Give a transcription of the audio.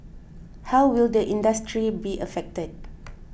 how will the industry be affected